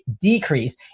decrease